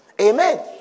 Amen